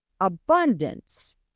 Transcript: abundance